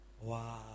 Wow